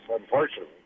unfortunately